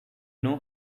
know